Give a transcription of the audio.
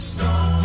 Stone